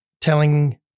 telling